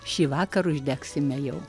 šįvakar uždegsime jau